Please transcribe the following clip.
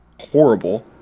horrible